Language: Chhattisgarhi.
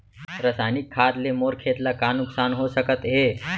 रसायनिक खाद ले मोर खेत ला का नुकसान हो सकत हे?